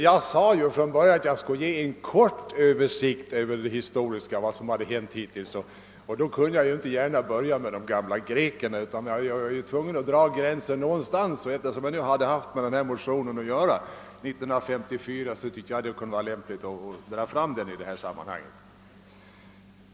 Jåg sade från början att jag skulle göra en kort historisk tillbakablick på vad som hittills hade hänt. Jag kunde då inte gärna börja med de gamla grekerna utan var tvungen att dra tidsgränsen någonstans. Eftersom jag hade haft med 1954 års motion att göra, tyckte jag att det kunde vara lämpligt att ta fram den i detta sammanhang.